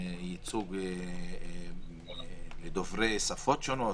ייצוג דובר ישפות שונות,